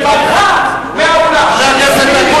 שברחה מהאולם, כהרגלה.